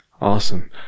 Awesome